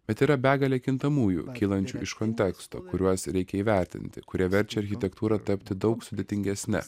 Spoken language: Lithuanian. bet yra begalė kintamųjų kylančių iš kontekstų kuriuos reikia įvertinti kurie verčia architektūrą tapti daug sudėtingesne